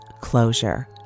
closure